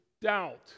doubt